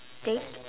take